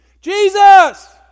Jesus